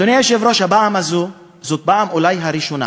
אדוני היושב-ראש, הפעם הזאת היא אולי הפעם הראשונה